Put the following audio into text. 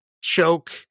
choke